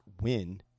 win